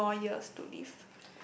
many more years to live